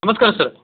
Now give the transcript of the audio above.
ನಮಸ್ಕಾರ ಸರ